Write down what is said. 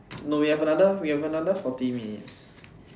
no we have another we have another forty minutes